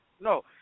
no